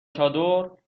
چادر